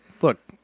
look